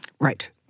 Right